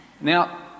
Now